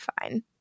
fine